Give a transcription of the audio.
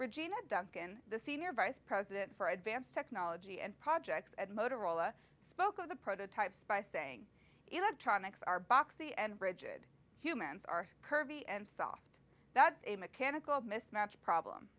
regina duncan the senior vice president for advanced technology and projects at motorola spoke of the prototypes by saying electronics are boxy and rigid humans are curvy and soft that's a mechanical mismatch problem